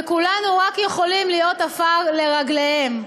וכולנו רק יכולים להיות עפר לרגליהם.